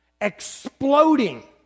exploding